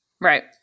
Right